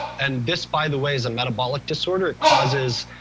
and this by the way, is a metabolic disorder. it causes.